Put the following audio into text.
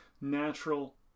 natural